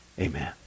Amen